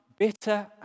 bitter